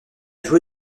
joué